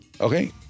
Okay